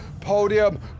podium